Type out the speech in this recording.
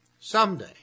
someday